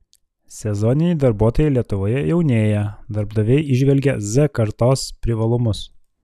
sezoniniai darbuotojai lietuvoje jaunėja darbdaviai įžvelgia z kartos privalumus